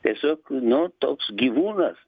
tiesiog nu toks gyvūnas